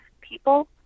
people